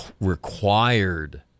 required